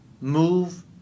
move